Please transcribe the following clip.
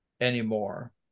anymore